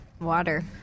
Water